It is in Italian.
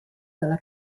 dalla